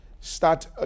Start